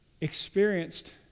experienced